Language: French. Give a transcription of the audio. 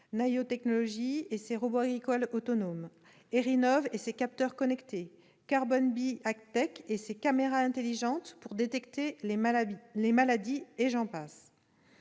Naïo Technologies et ses robots agricoles autonomes, Airinov et ses capteurs connectés, Carbon Bee AgTech et ses caméras intelligentes pour détecter les maladies, et j'en passe